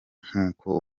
nkuko